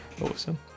awesome